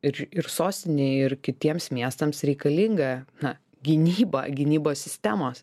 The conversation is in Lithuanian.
ir ir sostinei ir kitiems miestams reikalinga na gynyba gynybos sistemos